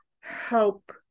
help